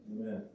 Amen